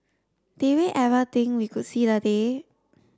did we ever think we could see the day